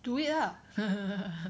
do it lah